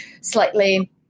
slightly